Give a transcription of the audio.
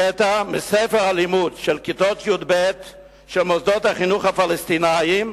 קטע מספר הלימוד של כיתות י"ב של מוסדות החינוך הפלסטיניים,